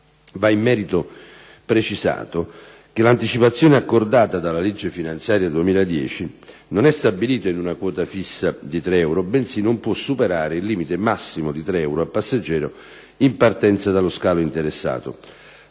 Va in merito precisato che l'anticipazione accordata dalla legge finanziaria 2010 non è stabilita in una quota fissa di 3 euro bensì non può superare il limite massimo di 3 euro a passeggero in partenza dallo scalo interessato.